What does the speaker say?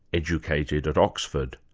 educated at oxford.